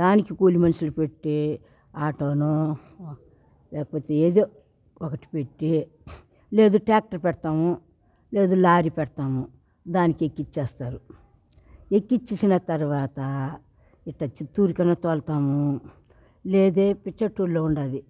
దానికి కూలి మనుషులు పెట్టి ఆటోనో లేకపోతే ఏదో ఒకటి పెట్టి లేదు ట్రాక్టర్ పెడతాము లేదు లారీ పెడతాము దానికి ఎక్కిచ్చేస్తారు ఎక్కిచ్చేన తర్వాత ఇట్టా చిత్తూరు కన్నా తోలుతాము లేదే పిచ్చాటూరులో ఉండాది